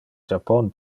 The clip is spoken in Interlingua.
japon